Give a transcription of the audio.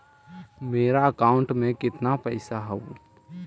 मेरा अकाउंटस में कितना पैसा हउ?